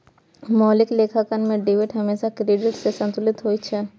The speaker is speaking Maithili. मौलिक लेखांकन मे डेबिट हमेशा क्रेडिट सं संतुलित होइ छै